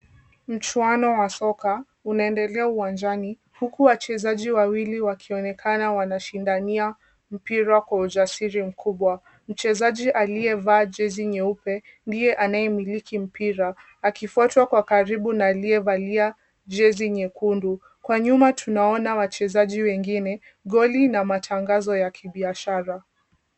Mchuano wa soka unaendelea uwanjani, huku achezaji wawili wakionekana wanashindania mpira kwa ujasiri mkubwa. Mchezaji aliye vaa jezi nyeupe ndiye anayemiliki mpira, akifuatwa kwa karibu na aliyevalia jezi nyekundu. Kwa nyuma tunaona wachezaji wengine, goli na matangazo ya kibiashara.